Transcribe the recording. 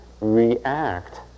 react